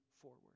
forward